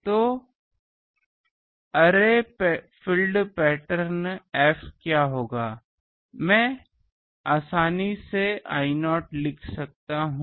तो अरे field pattern F क्या होगा मैं आसानी से I0 लिख सकता हूं